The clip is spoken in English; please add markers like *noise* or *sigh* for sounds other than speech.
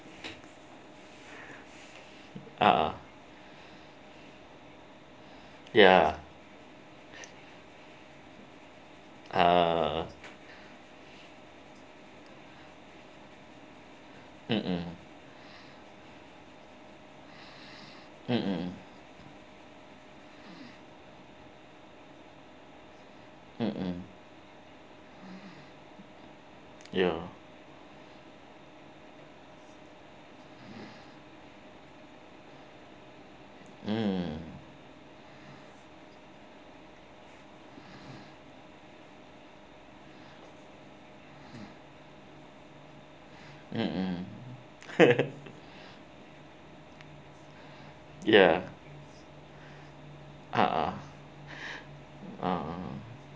(uh huh) ya uh mmhmm mmhmm mmhmm ya mm mmhmm *laughs* ya (uh huh) ha